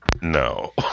No